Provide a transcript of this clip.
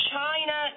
China